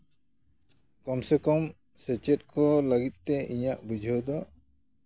ᱠᱟᱢᱥᱮ ᱠᱚᱢ ᱥᱮᱪᱮᱫ ᱠᱚ ᱞᱟᱹᱜᱤᱫᱛᱮ ᱤᱧᱟᱹᱜ ᱵᱩᱡᱷᱟᱹᱣ ᱫᱚ